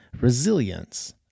resilience